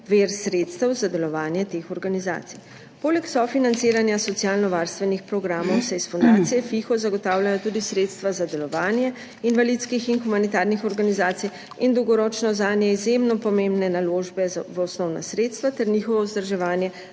vir sredstev za delovanje teh organizacij. Poleg sofinanciranja socialnovarstvenih programov se iz fundacije FIHO zagotavljajo tudi sredstva za delovanje invalidskih in humanitarnih organizacij in dolgoročno zanje izjemno pomembne naložbe v osnovna sredstva ter njihovo vzdrževanje,